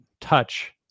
touch